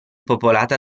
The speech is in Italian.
popolata